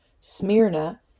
Smyrna